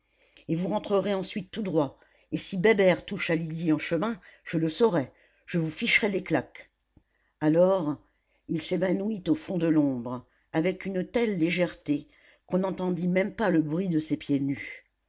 et vous rentrerez ensuite tout droit et si bébert touche à lydie en chemin je le saurai je vous ficherai des claques alors il s'évanouit au fond de l'ombre avec une telle légèreté qu'on n'entendit même pas le bruit de ses pieds nus